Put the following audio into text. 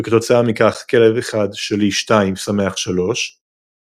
וכתוצאה מכך "כלב 1 שלי 2 שמח 3 ";